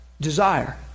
desire